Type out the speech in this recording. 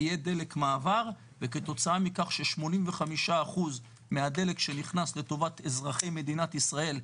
יהיה דלק מעבר וכתוצאה מכך ש-85% מהדלק שנכנס לטובת אזרחי מדינת ישראל,